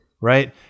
right